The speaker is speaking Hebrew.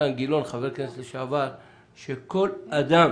חבר הכנסת לשעבר אילן גילאון היה אומר שכל אדם